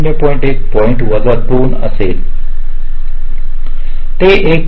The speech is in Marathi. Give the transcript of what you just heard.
1 पॉईंट वजा 2 असेल ते 1